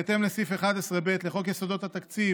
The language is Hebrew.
בהתאם לסעיף 11(ב) לחוק יסודות התקציב